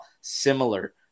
similar